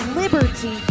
liberty